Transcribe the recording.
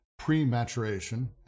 prematuration